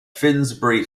finsbury